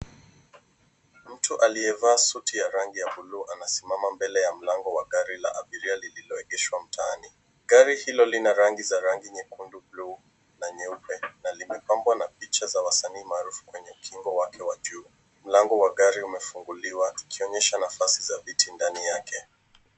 Mtu aliyevaa suti ya rangi ya buluu anasimama mbele ya mlango wa gari la abiria lililoegeshwa mtaani. Gari hilo lina rangi za rangi nyekundu, buluu na nyeupe na limepambwa na picha za wasanii maarufu kwenye ukingo wake wa juu. Mlango wa gari umefunguliwa ukionyesha nafasi za viti ndani yake.